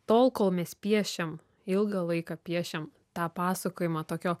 tol kol mes piešiam ilgą laiką piešiam tą pasakojimą tokio